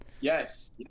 Yes